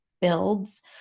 builds